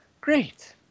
great